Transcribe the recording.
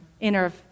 inner